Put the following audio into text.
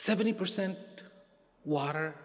seventy percent water